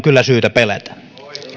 kyllä syytä pelätä